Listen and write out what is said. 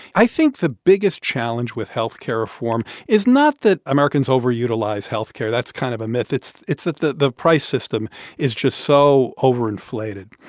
i think the biggest challenge with health care reform is not that americans overutilize health care. that's kind of a myth. it's it's that the the price system is just so overinflated.